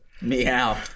meow